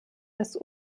dass